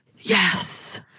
yes